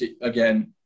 again